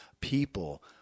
people